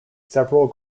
several